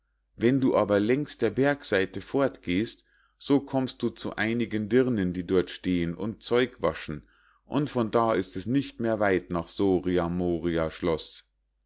wenn du aber längs der bergseite fortgehst so kommst du zu einigen dirnen die dort stehen und zeug waschen und von da ist es nicht mehr weit nach